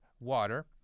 water